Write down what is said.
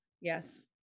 Yes